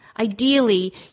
Ideally